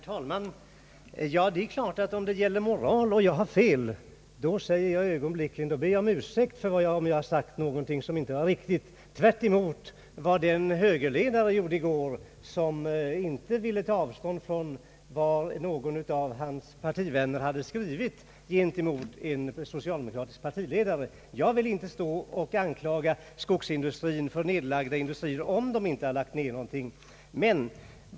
Herr talman! Det är klart att jag ber om ursäkt, om jag har fel och har sagt någonting som inte var riktigt. Det är tvärtemot vad en högerledare gjorde i går — han ville inte ta avstånd från vad någon av hans partivänner hade skrivit om en socialdemokratisk partiledare. Jag vill inte stå och anklaga skogsindustrin för nedlagda industrier, om det inte har lagts ned några.